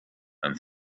and